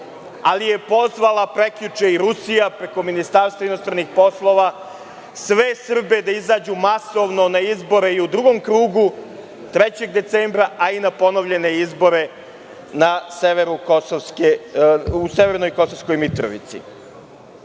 ali je pozvala prekjuče i Rusija, preko Ministarstva inostranih poslova sve Srbe da izađu masovno na izbore i u drugom krugu 3. decembra, a i na ponovljene izbore u severnoj Kosovskoj Mitrovici.